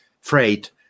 Freight